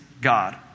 God